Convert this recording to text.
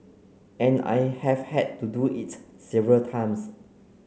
and I have had to do it several times